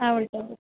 ആ വിളിച്ചുകൊള്ളൂ